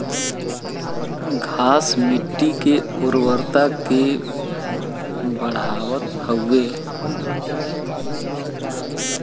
घास मट्टी के उर्वरता के बढ़ावत हउवे